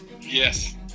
Yes